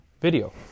video